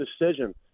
decision